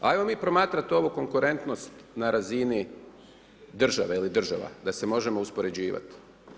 Ajmo mi promatrati ovu konkurentnost na razini države ili država, da se možemo uspoređivati.